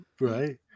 Right